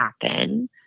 happen